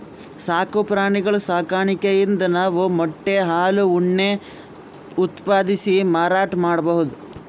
ಸಾಕು ಪ್ರಾಣಿಗಳ್ ಸಾಕಾಣಿಕೆಯಿಂದ್ ನಾವ್ ಮೊಟ್ಟೆ ಹಾಲ್ ಉಣ್ಣೆ ಉತ್ಪಾದಿಸಿ ಮಾರಾಟ್ ಮಾಡ್ಬಹುದ್